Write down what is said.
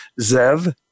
Zev